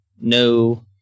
no